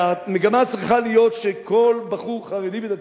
והמגמה צריכה להיות שכל בחור חרדי ודתי,